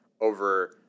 over